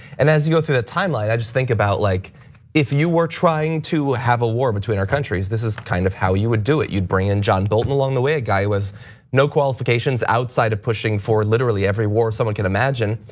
and as you go through the timeline i just think about like if you were trying to have a war between our countries, this is kind of how you would do it. you'd bring in john bolton along the way, a guy who has no qualifications outside of pushing for literally every war someone can imagine.